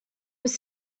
was